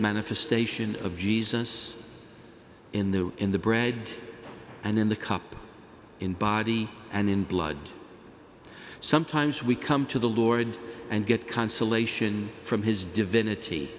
manifestation of jesus in the in the bread and in the cup in body and in blood sometimes we come to the lord and get consolation from his divinity